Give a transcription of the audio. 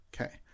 Okay